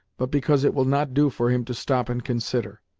but because it will not do for him to stop and consider.